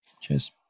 Cheers